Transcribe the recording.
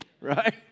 right